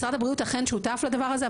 משרד הבריאות אכן שותף לדבר הזה,